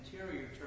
interior